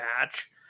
match